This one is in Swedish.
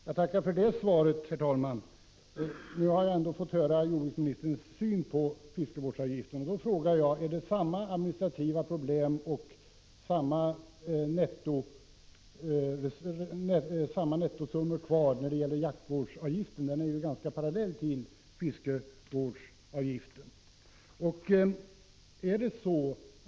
Herr talman! Jag tackar för det svaret. Nu har jag ändå fått höra jordbruksministerns syn på fiskevårdsavgiften, och då frågar jag: Är det samma administrativa problem och samma nettosummor kvar när det gäller jaktvårdsavgiften? Den utgör ju en parallell till fiskevårdsavgiften.